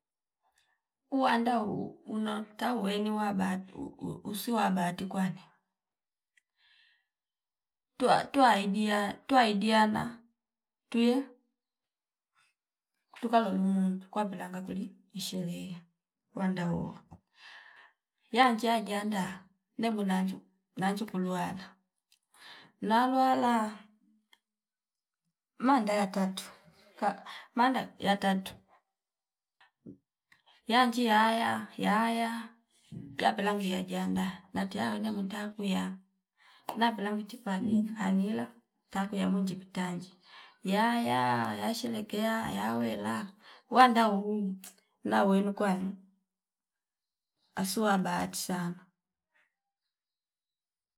Uwanda una tau wenu uwabad uu- uusuwa bati kwane tuwa- tuwaidia- tuwaidiala tuye tukalol limintu kwabilanga kuli ni sherehe wanda wowo yanja njianda nemwinanjo nanjo kuluana nalwala- nalwala manda ya tatu ka manda yatatu yanji yaya pia pela ngi ajianda nitaya nemwita kuya napela nti pane mpanila takuya munji kutanje yaya yasherekea yawela wanda uwuwu nawenu kwani asuwa bahati sana